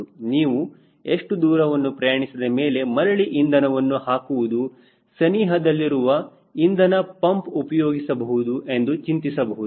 ನೀವು ಇಷ್ಟು ದೂರವನ್ನು ಪ್ರಯಾಣಿಸಿದ ಮೇಲೆ ಮರಳಿ ಇಂಧನವನ್ನು ಹಾಕುವುದು ಸನಿಹದಲ್ಲಿರುವ ಇಂಧನ ಪಂಪ್ ಉಪಯೋಗಿಸಬಹುದು ಎಂದು ಚಿಂತಿಸಬಹುದು